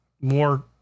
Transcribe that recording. more